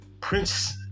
Prince